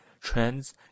trends